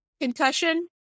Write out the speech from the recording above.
concussion